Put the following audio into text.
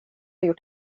gjort